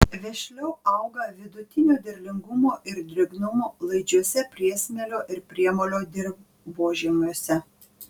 vešliau auga vidutinio derlingumo ir drėgnumo laidžiuose priesmėlio ir priemolio dirvožemiuose